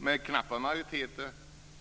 med knappa majoriteter avstyrkt ett antal motioner.